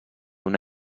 una